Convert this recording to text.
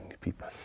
people